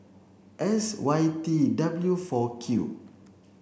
S Y T W four Q